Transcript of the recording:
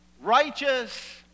righteous